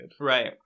Right